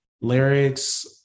lyrics